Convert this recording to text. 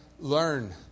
learn